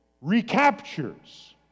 recaptures